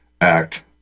act